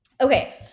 Okay